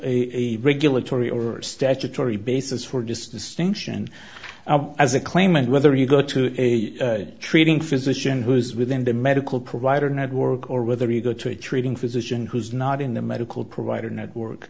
a regulatory or statutory basis for distinction as a claimant whether you go to a treating physician who is within the medical provider network or whether you go to a treating physician who's not in the medical provider network